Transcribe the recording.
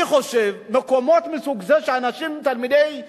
אני חושב, מקומות מסוג זה שאנשים, תלמידי ישיבות,